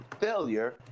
failure